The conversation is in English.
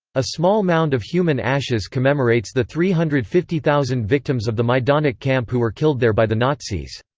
a small mound of human ashes commemorates the three hundred and fifty thousand victims of the majdanek camp who were killed there by the nazis.